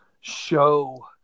show